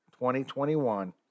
2021